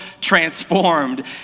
transformed